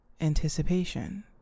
anticipation